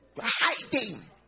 hiding